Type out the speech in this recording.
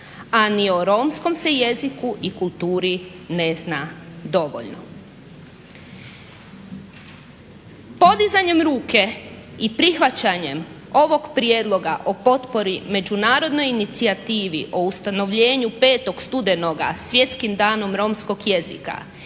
a ni o romskom se jeziku i kulturi ne zna dovoljno. Podizanjem ruke i prihvaćanjem ovog Prijedloga o potpori međunarodnoj inicijativi o ustanovljenju 5.studenoga Svjetskim danom romskog jezika